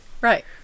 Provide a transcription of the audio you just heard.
right